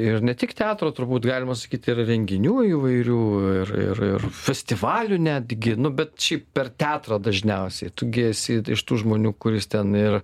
ir ne tik teatro turbūt galima sakyt ir renginių įvairių ir ir ir festivalių netgi nu bet šiaip per teatrą dažniausiai tu gi esi iš tų žmonių kuris ten ir